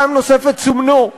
פעם נוספת סומנו,